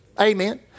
Amen